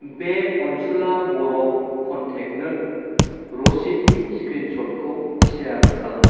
बे अनसुला बर' कनटेक्टनो रसिदनि स्क्रिनस'टखौ सेयार खालाम